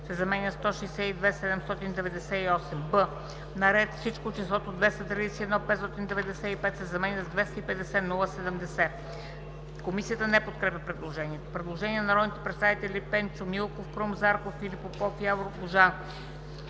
се заменя със „162 798,0“. б) на ред Всичко числото „231 595,0“ се заменя с „250 070,0“.“ Комисията не подкрепя предложението. Предложение на народните представители Пенчо Милков, Крум Зарков, Филип Попов, Явор